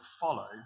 follow